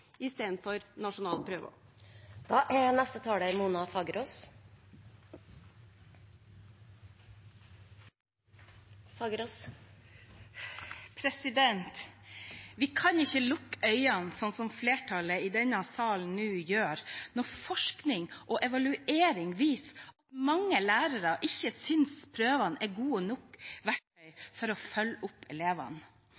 Vi kan ikke lukke øynene, slik som flertallet i denne salen nå gjør, når forskning og evaluering viser at mange lærere ikke synes at prøvene er gode nok verktøy